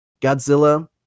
Godzilla